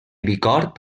bicorb